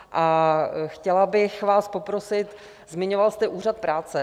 A chtěla bych vás poprosit, zmiňoval jste úřad práce.